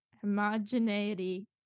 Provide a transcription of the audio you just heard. homogeneity